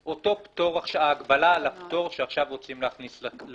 אותו הגבלה על הפטור שעכשיו רוצים להכניס,